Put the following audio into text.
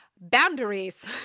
Boundaries